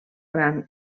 gran